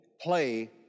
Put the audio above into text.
play